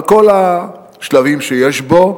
על כל השלבים שיש בו,